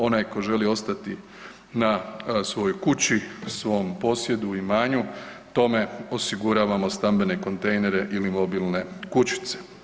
Onaj tko želi ostati na svojoj kući, svom posjedu, imanju tome osiguravamo stambene kontejnere ili mobilne kućice.